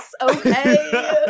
Okay